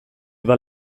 bat